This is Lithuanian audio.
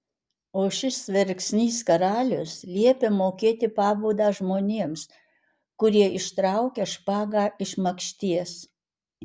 o šis verksnys karalius liepia mokėti pabaudą žmonėms kurie ištraukia špagą iš makšties